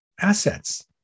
assets